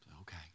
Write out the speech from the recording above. Okay